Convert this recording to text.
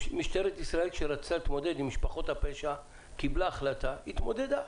משטרת ישראל כשרצתה להתמודד עם משפחות הפשע קיבלה החלטה והתמודדה.